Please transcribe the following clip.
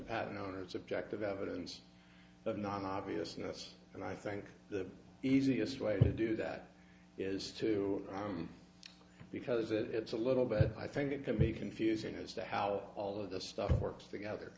patent owner's objective evidence of non obviousness and i think the easiest way to do that is to because it's a little bit i think it can be confusing as to how all of this stuff works together